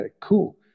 cool